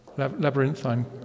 labyrinthine